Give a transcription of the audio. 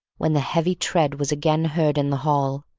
when the heavy tread was again heard in the hall,